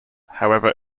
however